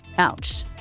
ouch.